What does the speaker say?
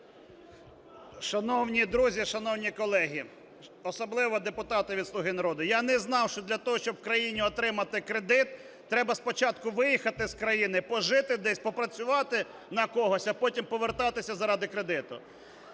Шановні друзі, шановні колеги, особливо депутати від "Слуги народу"! Я не знав, що для того, щоб країні отримати кредит, треба спочатку виїхати з країни, пожити десь, попрацювати на когось, а потім повертатися заради кредиту.